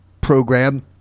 program